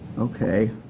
okay.